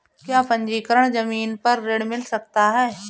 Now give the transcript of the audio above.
क्या पंजीकरण ज़मीन पर ऋण मिल सकता है?